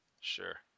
sure